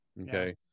Okay